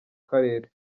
karere